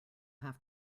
have